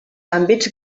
àmbits